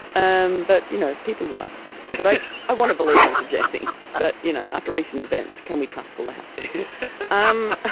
um but you know people lie but i i want to believe uncle jesse but you know after recent events can we trust for house um ah